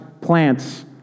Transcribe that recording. plants